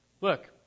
Look